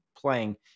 playing